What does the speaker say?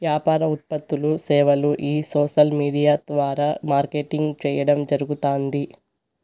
యాపార ఉత్పత్తులూ, సేవలూ ఆ సోసల్ విూడియా ద్వారా మార్కెటింగ్ చేయడం జరగుతాంది